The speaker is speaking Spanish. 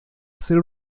hacer